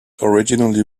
originally